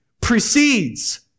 precedes